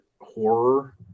horror